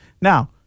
Now